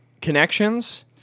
Connections